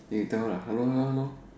then you tell lah hello hello hello